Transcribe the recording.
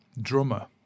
drummer